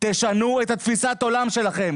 תשנו את תפיסת העולם שלכם.